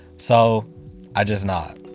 so i just nod.